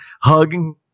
hugging